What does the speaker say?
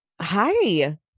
Hi